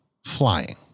Flying